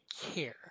care